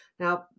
Now